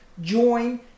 join